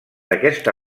aquesta